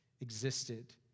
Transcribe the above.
existed